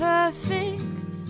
Perfect